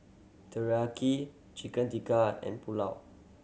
Teriyaki Chicken Tikka and Pulao